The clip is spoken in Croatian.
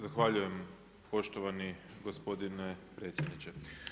Zahvaljujem poštovani gospodine predsjedniče.